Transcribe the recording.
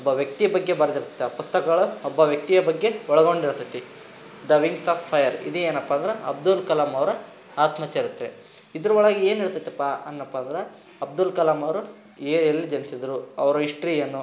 ಒಬ್ಬ ವ್ಯಕ್ತಿಯ ಬಗ್ಗೆ ಬರ್ದಿರ್ತದೆ ಆ ಪುಸ್ತಕಗಳು ಒಬ್ಬ ವ್ಯಕ್ತಿಯ ಬಗ್ಗೆ ಒಳಗೊಂಡಿರ್ತದೆ ದ ವಿಂಗ್ಸ್ ಆಫ್ ಫೈಯರ್ ಇದು ಏನಪ್ಪ ಅಂದ್ರೆ ಅಬ್ದುಲ್ ಕಲಾಂ ಅವರ ಆತ್ಮಚರಿತ್ರೆ ಇದ್ರೊಳಗೆ ಏನಿರ್ತೈತಪ್ಪ ಅನ್ನಪ್ಪ ಅಂದ್ರೆ ಅಬ್ದುಲ್ ಕಲಾಂ ಅವ್ರ ಎಲ್ಲಿ ಜನಿಸಿದರು ಅವ್ರ ಇಸ್ಟ್ರಿ ಏನು